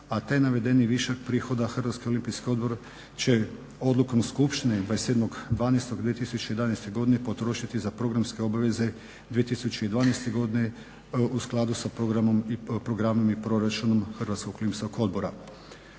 a taj navedeni višak prihoda HOO će odlukom skupštine 27.12.2011. godine potrošiti za programske obaveze 2012. godine u skladu sa programom i proračunom HOO-a. U daljnjem